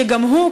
שגם הוא,